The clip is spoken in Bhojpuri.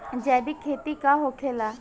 जैविक खेती का होखेला?